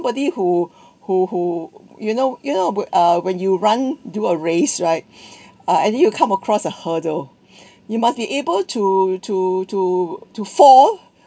who who who you know you know wh~ uh when you run do a race right uh and you come across a hurdle you must be able to to to to fall